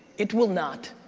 it will not.